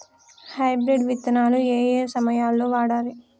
Hybrid విత్తనాలు ఏయే సమయాల్లో వాడాలి?